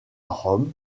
rome